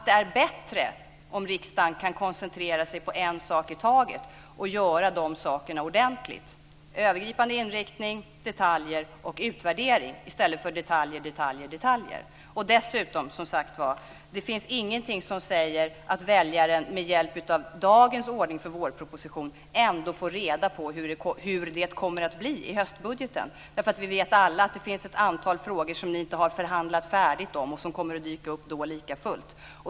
Det är bättre om riksdagen kan koncentrera sig på en sak i taget och göra det ordentligt, dvs. övergripande inriktning, detaljer och utvärdering i stället för detaljer, detaljer, detaljer. Det finns dessutom ingenting som säger att väljaren med hjälp av dagens ordning för vårproposition ändå får reda på hur det kommer att bli i höstbudgeten. Vi vet alla att det finns ett antal frågor som ni inte har förhandlat färdigt om och som kommer att dyka upp då.